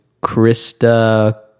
Krista